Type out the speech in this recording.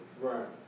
Right